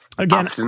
Again